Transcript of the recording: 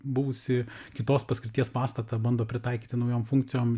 buvusį kitos paskirties pastatą bando pritaikyti naujom funkcijom